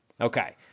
Okay